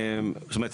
זאת אומרת,